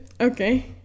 Okay